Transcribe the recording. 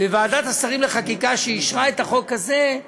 ועדת השרים לחקיקה, שאישרה את החוק הזה,